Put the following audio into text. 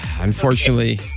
Unfortunately